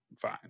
fine